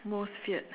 most feared